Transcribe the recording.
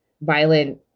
violent